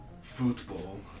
football